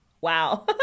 Wow